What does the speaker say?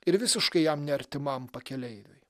ir visiškai jam neartimam pakeleiviui